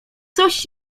coś